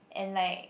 and like